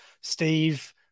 steve